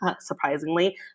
surprisingly